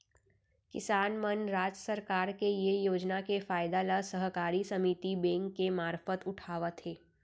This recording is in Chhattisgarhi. किसान मन राज सरकार के ये योजना के फायदा ल सहकारी समिति बेंक के मारफत उठावत हें